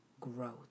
growth